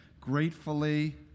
gratefully